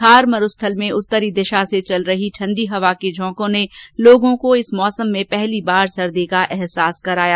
थार मरुस्थल में उत्तरी दिशा से चल रही ठण्डी हवा के झौंकों ने लोगों को इस सीजन में पहली बार सर्दी का अहसास कराया